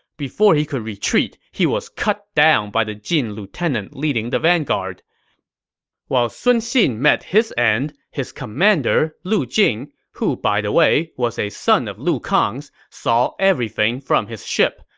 before he could retreat, he was already cut down by the jin lieutenant leading the vanguard while sun xin met his end, his commander, lu jing, who by the way was a son of lu kang's, saw everything from his ship.